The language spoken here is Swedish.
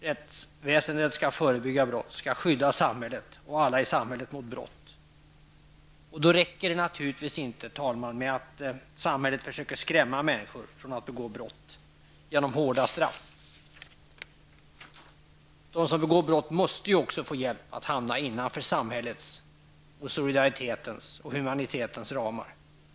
Rättsväsendet skall förebygga brott och skydda alla i samhället mot brott. Då är det inte tillräckligt att samhället genom hårda straff försöker avskräcka människor från att begå brott. De som begår brott måste få hjälp att komma innanför samhällets, solidaritetens och humanitetens ramar.